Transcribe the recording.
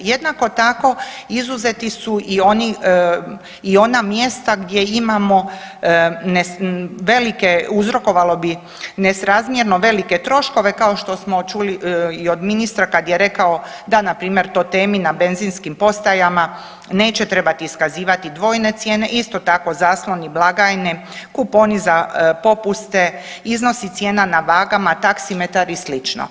Jednako tako, izuzeti su i ona mjesta gdje imamo velike, uzrokovalo bi nesrazmjerno velike troškove, kao što smo čuli i od ministra, kad je rekao da npr. totemi na benzinskim postajama neće trebati iskazivati dvojne cijene, isto tako zasloni blagajne, kuponi za popuste, iznosi cijena na vagama, taksimetar i sl.